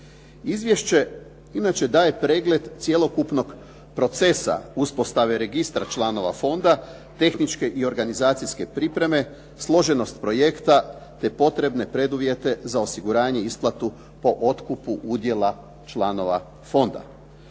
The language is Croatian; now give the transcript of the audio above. Izvješće inače daje pregled cjelokupnog procesa uspostave registra članova fonda, tehničke i organizacijske pripreme, složenost projekta te potrebne preduvjete za osiguranje i isplatu po otkupu udjela članova fonda.